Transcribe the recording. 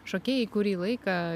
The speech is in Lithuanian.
šokėjai kurį laiką